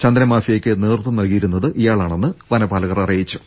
ചന്ദ നമാഫിയക്ക് നേതൃത്വം നല്കിയിരുന്നത് ഇയാളാണെന്ന് വന പാലകർ അറിയിച്ചു